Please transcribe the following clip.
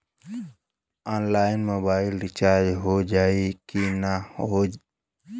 Online mobile recharge हो जाई की ना हो?